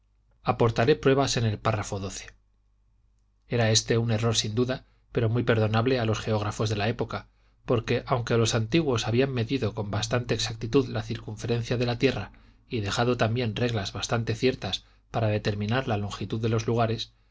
aportaré pruebas en el párrafo xii era éste un error sin duda pero muy perdonable a los geógrafos de la época porque aunque los antiguos habían medido con bastante exactitud la circunferencia de la tierra y dejado también reglas bastante ciertas para determinar la longitud de los lugares